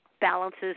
balances